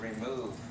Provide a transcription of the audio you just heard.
remove